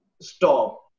stop